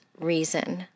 reason